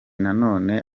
nanone